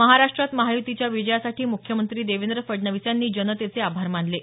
महाराष्ट्रात महायुतीच्या विजयासाठी मुख्यमंत्री देवेंद्र फडणवीस यांनी जनतेचे आभार मानले आहेत